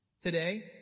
Today